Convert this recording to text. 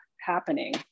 happening